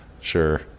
sure